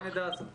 כי זה לא סופי.